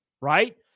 right